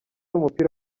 w’umupira